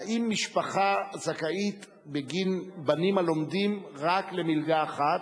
האם משפחה זכאית בגין בנים הלומדים רק למלגה אחת,